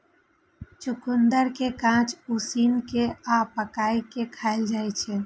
चुकंदर कें कांच, उसिन कें आ पकाय कें खाएल जाइ छै